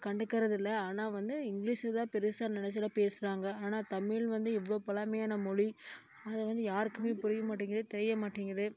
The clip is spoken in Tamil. கண்டுக்கிறது இல்லை ஆனால் வந்து இங்கிலீஷு தான் பெருசாக நெனைச்சுலாம் பேசுகிறாங்க ஆனால் தமிழ் வந்து இவ்வளோ பழமையான மொழி அது வந்து யாருக்குமே புரியமாட்டேங்குது தெரியமாட்டேங்குது